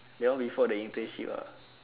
that one before the internship ah